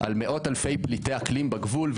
על מאות אלפי פליטי אקלים בגבול,